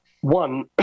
one